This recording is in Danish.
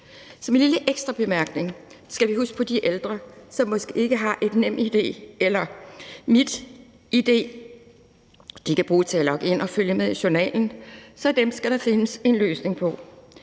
Som en lille ekstra bemærkning skal vi huske på de ældre, som måske ikke har et NemID eller et MitID, som de kan bruge til at logge ind og følge med i journalen, så dem skal der findes en løsning for.